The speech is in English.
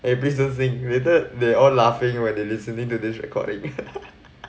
eh please don't sing later they all laughing when they listening to this recording